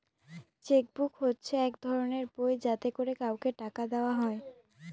check book হচ্ছে এক ধরনের বই যাতে করে কাউকে টাকা দেওয়া হয়